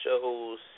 shows